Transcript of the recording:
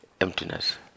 emptiness